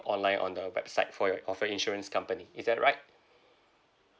online on the website for your of that insurance company is that right